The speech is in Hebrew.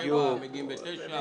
ומגיעים ב-09:00.